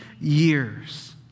years